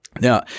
Now